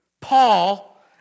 Paul